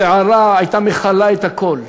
הסערה, הייתה מכלה את הכול.